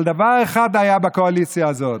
אבל דבר אחד היה בקואליציה הזאת: